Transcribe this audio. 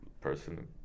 person